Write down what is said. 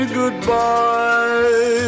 goodbye